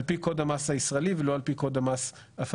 על פי קוד המס הישראלי ולא על פי קוד המס הפלסטיני.